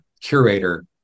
Curator